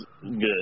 good